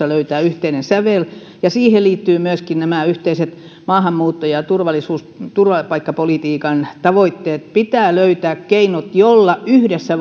löytää yhteinen sävel ja siihen liittyvät myöskin yhteiset maahanmuutto ja turvapaikkapolitiikan tavoitteet pitää löytää keinot joilla yhdessä